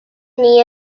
knee